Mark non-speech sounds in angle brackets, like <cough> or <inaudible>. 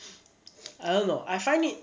<noise> I don't know I find it